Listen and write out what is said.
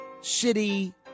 city